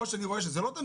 או שאני רואה שזה לא טוב,